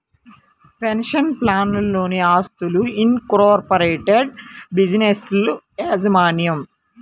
pension ప్లాన్లలోని ఆస్తులు, incorporated బిజినెస్ల యాజమాన్యం